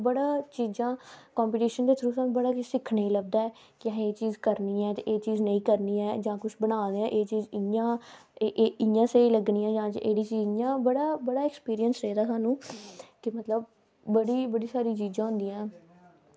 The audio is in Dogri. लोक घट्ट इयां अख़वारा पढ़दे ना ते लोक ज्यादा इयां करदे है कि असें न्यू़ज सुनी लैचै सानू सनोची जाए इस कन्नै मोए ओह् ज्यादा टीवी गै प्रेफर करदे ना अदरबाइस न्यूज़ अख़वारा हैन पर अजकल लोक इन्ना इंटरेस्ट नेईं लैंदे अख़वारा पढ़ने च